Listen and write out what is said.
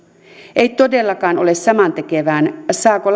ei todellakaan ole samantekevää saako